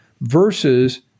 versus